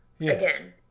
Again